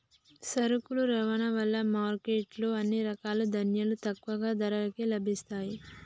సరుకుల రవాణా వలన మార్కెట్ లో అన్ని రకాల ధాన్యాలు తక్కువ ధరకే లభిస్తయ్యి